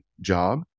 job